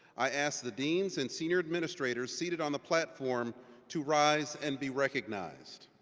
i ask the deans and senior administrators seated on the platform to rise and be recognized.